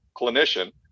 clinician